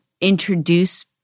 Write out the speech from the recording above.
introduce